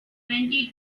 twenty